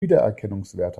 wiedererkennungswert